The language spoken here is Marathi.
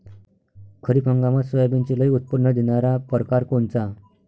खरीप हंगामात सोयाबीनचे लई उत्पन्न देणारा परकार कोनचा?